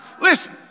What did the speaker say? listen